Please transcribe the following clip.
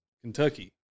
Kentucky